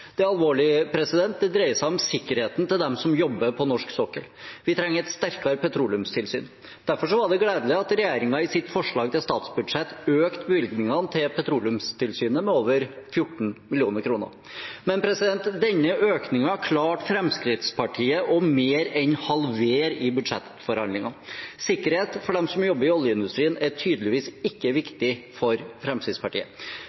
Det er alvorlig. Det dreier seg om sikkerheten til dem som jobber på norsk sokkel. Vi trenger et sterkere petroleumstilsyn. Derfor var det gledelig at regjeringen i sitt forslag til statsbudsjett økte bevilgningene til Petroleumstilsynet med over 14 mill. kr. Men denne økningen klarte Fremskrittspartiet mer enn å halvere i budsjettforhandlingene. Sikkerhet for dem som jobber i oljeindustrien, er tydeligvis ikke